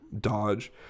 Dodge